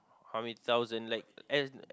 how many thousand like and